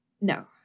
no